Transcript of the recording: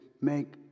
make